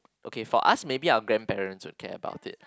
okay for us maybe our grandparents will care about it